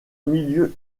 milieu